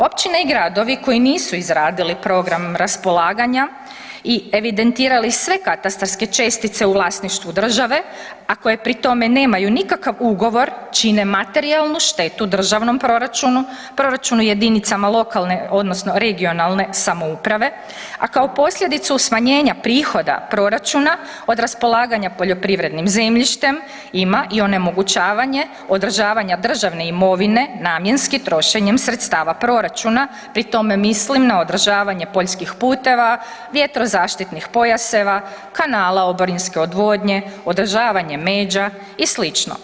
Općine i gradovi koji nisu izradili program raspolaganja i evidentirali sve katastarske čestice u vlasništvu države, a koje pri tome nemaju nikakav ugovor čine materijalnu štetu državnom proračunu, proračunu jedinicama lokalne odnosno regionalne samouprave, a kao posljedicu smanjenja prihoda proračuna od raspolaganja poljoprivrednim zemljištem ima i onemogućavanje održavanja državne imovine namjenskim trošenjem sredstava proračuna, pri tome mislim na održavanje poljskih puteva, vjetrozaštitnih pojaseva, kanala oborinske odvodnje, održavanjem međa i sl.